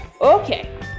okay